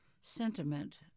sentiment